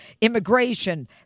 immigration